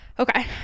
okay